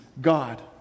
God